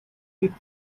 keep